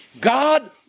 God